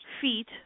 feet